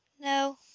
No